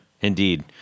indeed